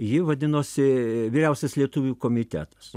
ji vadinosi vyriausias lietuvių komitetas